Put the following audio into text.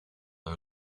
our